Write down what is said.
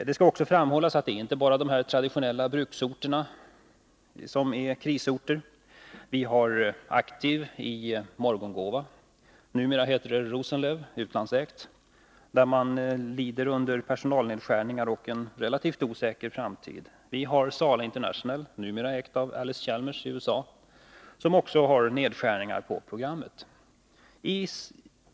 Det skall också framhållas att det inte bara är de tratitionella bruksorterna som är krisorter. Vi har Aktiv i Morgongåva — numera heter det Rosenlöv och är utlandsägt — som lider av personalnedskärningar och en relativt osäker 150 I framtid. Vi har Sala International, numera ägt av Allis Chalmers, USA, som också har nedskärningar på programmet.